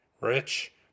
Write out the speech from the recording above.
Rich